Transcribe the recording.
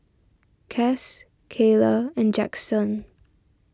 Cass Kaylah and Jaxon